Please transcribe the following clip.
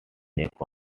check